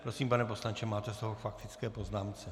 Prosím, pane poslanče, máte slovo k faktické poznámce.